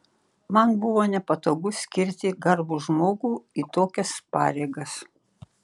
man buvo nepatogu skirti garbų žmogų į tokias pareigas